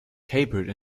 capered